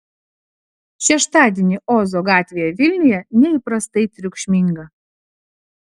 šeštadienį ozo gatvėje vilniuje neįprastai triukšminga